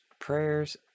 prayers